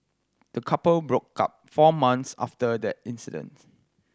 the couple broke up four months after that incidents